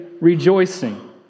rejoicing